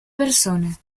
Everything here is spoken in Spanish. persona